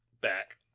back